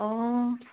অঁ